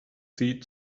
sie